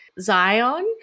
Zion